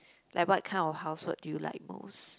like what kind of housework do you like most